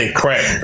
crack